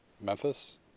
Memphis